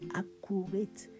accurate